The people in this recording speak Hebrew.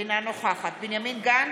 אינה נוכחת בנימין גנץ,